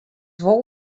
wol